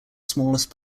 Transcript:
smallest